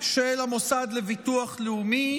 של המוסד לביטוח לאומי,